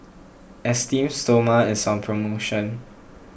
Esteem Stoma is on promotion